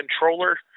controller